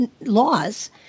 laws